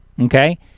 Okay